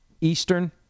Eastern